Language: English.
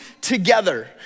together